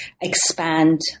expand